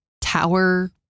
tower